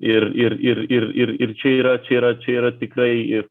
ir ir ir ir ir ir čia yra čia yra čia yra tikrai ir